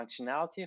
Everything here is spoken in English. functionality